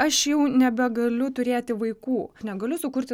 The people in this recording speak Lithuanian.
aš jau nebegaliu turėti vaikų negaliu sukurti